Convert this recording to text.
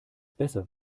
besser